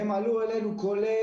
הם עלו אלינו, כולל